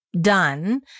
done